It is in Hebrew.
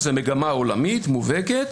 זאת מגמה עולמית מובהקת,